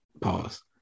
pause